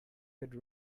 could